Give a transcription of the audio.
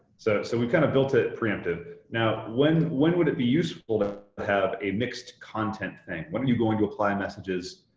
so so we kind of built it preemptive. now, when when would it be useful to have a mixed content thing? when are you going to apply messages,